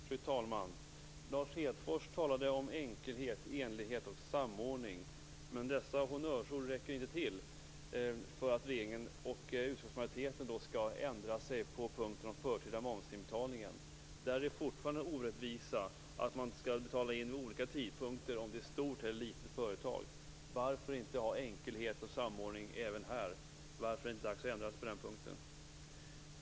Fru talman! Lars Hedfors talar om enkelhet, enhetlighet och samordning, men dessa honnörsord räcker inte för att regeringen och utskottsmajoriteten skall ändra sig på punkten om förtida momsinbetalning. Där råder det fortfarande den orättvisan att man skall betala in vid olika tidpunkter om det är ett stort eller ett litet företag. Varför skall det inte vara enkelhet och samordning även här? Varför är det inte dags att ändra på den punkten?